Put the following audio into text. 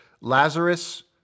Lazarus